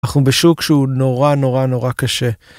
אנחנו בשוק שהוא נורא נורא נורא קשה.